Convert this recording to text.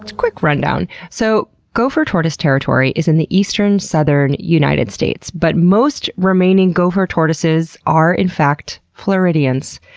quick rundown. so gopher tortoise territory is in the eastern, southern united states, but most remaining gopher tortoises are in fact floridians.